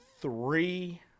three